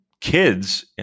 kids